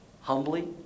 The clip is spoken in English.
humbly